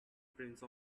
prince